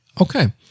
Okay